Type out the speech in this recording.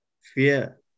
fear